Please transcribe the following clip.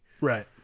Right